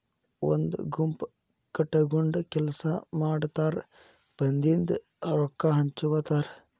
ಒಂದ ಗುಂಪ ಕಟಗೊಂಡ ಕೆಲಸಾ ಮಾಡತಾರ ಬಂದಿದ ರೊಕ್ಕಾ ಹಂಚಗೊತಾರ